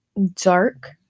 dark